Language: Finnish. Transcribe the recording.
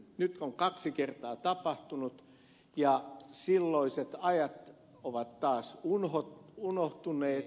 nyt on kaksi kertaa tapahtunut ja silloiset ajat ovat taas unohtuneet